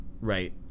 right